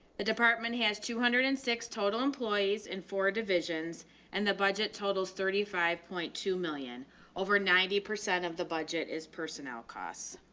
the department has two hundred and six total employees in four divisions and the budget totals thirty five point two million over ninety percent of the budget is personnel costs.